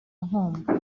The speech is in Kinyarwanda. nkombo